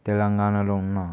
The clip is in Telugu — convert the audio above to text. తెలంగాణలో ఉన్న